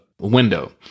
window